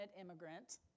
immigrant